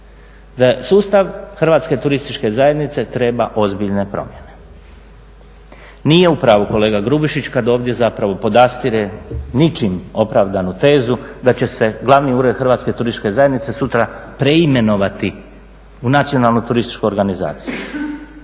da sustav Hrvatske turističke zajednice treba ozbiljne promjene. Nije u pravu kolega Grubišić kad ovdje zapravo podastire ničim opravdanu tezu da će se glavni ured Hrvatske turističke zajednice sutra preimenovati u nacionalnu turističku organizaciju.